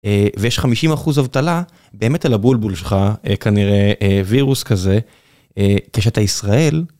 ויש 50% אבטלה, באמת על הבולבול שלך, כנראה וירוס כזה. כשאתה ישראל